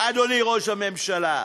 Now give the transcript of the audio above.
אדוני ראש הממשלה.